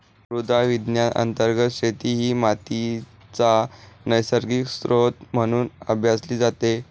मृदा विज्ञान अंतर्गत शेती ही मातीचा नैसर्गिक स्त्रोत म्हणून अभ्यासली जाते